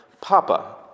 Papa